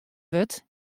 wurdt